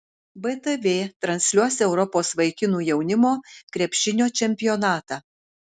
btv transliuos europos vaikinų jaunimo krepšinio čempionatą